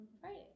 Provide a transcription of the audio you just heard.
Friday